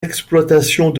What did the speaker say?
exploitations